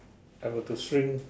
I were to shrink